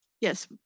yes